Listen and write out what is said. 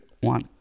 one